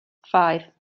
five